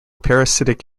parasitic